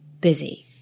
busy